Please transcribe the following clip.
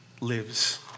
lives